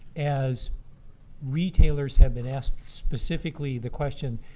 as retailers have been asked specifically the question,